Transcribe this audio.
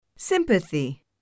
sympathy